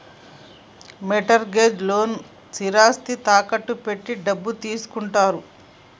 mart gauge లోన్లకు స్థిరాస్తిని తాకట్టు పెట్టి డబ్బు తీసుకుంటారు